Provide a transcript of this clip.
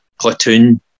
Platoon